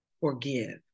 forgive